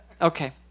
Okay